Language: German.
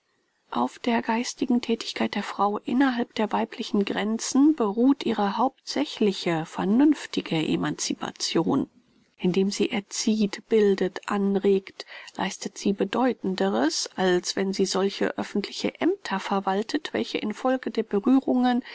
auf der geistigen thätigkeit der frau innerhalb der weiblichen gränzen beruht ihre hauptsächliche vernünftige emancipation indem sie erzieht bildet anregt leistet sie bedeutenderes als wenn sie solche öffentliche aemter verwaltet welche in folge der berührungen